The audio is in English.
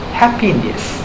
happiness